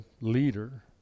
leader